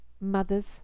mothers